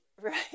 right